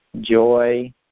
joy